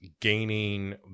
gaining